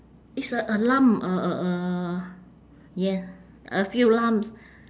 it's a a lump a a a ye~ a few lumps